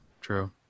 true